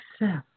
Accept